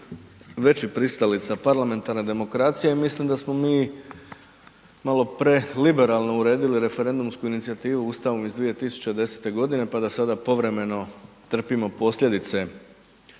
veći pristalica parlamentarne demokracije jer mislim da smo mi malo preliberalno uredili referendumsku inicijativu Ustavom iz 2010. godine pa da sada povremeno trpimo posljedice